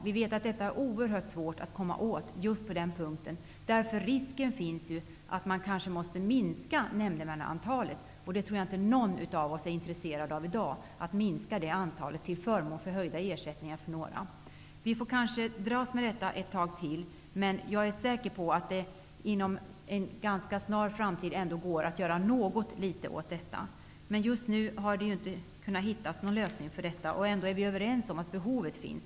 Vi vet att det är oerhört svårt att göra något åt just detta. Risken finns att man då kanske måste minska antalet nämndemän till förmån för höjda ersättningar till några nämndemän, och det tror jag inte att någon av oss i dag är intresserad av. Vi torde få dras med de nuvarande ersättningarna ett tag till. Jag är säker på att det inom en ganska snar framtid ändå går att göra något litet åt detta problem. Men just nu har vi inte kunnat hitta någon lösning. Ändå är vi överens om att behovet finns.